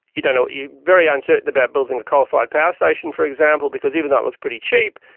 you don't know, you're very uncertain about building a coal fired power station for example because even though it looks pretty cheap,